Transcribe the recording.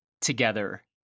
together